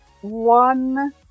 One